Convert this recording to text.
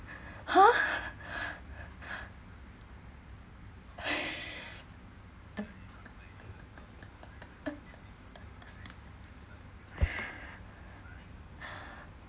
!huh!